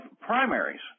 primaries